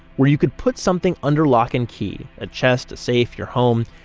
where you could put something under lock and key a chest, a safe, your home,